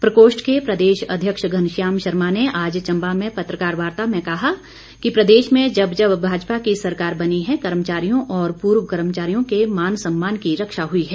प्रकोष्ठ के प्रदेश अध्यक्ष घनश्याम शर्मा ने आज चम्बा में पत्रकार वार्ता में कहा कि प्रदेश में जब जब भाजपा की सरकार बनी है कर्मचारियों और पूर्व कर्मचारियों के मान सम्मान की रक्षा हुई है